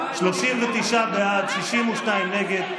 39 בעד, 62 נגד.